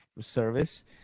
service